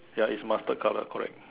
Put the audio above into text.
ya it's mustard colour correct